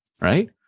Right